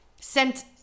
sent